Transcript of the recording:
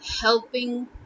helping